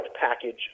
package